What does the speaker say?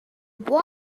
bois